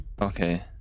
Okay